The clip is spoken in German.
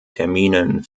terminen